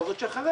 או זאת אחריה,